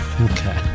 Okay